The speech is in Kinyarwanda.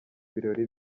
ibirori